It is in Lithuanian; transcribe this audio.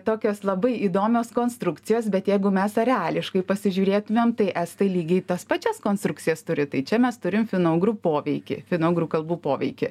tokios labai įdomios konstrukcijos bet jeigu mes areališkai pasižiūrėtumėm tai estai lygiai tas pačias konstrukcijas turi tai čia mes turim finougrų poveikį finougrų kalbų poveikį